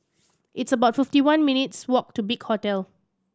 it's about fifty one minutes' walk to Big Hotel